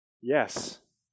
Yes